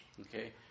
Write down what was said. Okay